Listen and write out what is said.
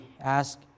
ask